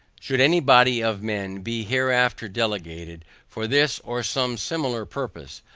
should any body of men be hereafter delegated for this or some similar purpose,